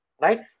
Right